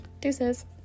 deuces